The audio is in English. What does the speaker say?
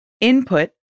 Input